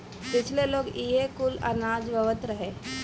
पहिले लोग इहे कुल अनाज बोअत रहे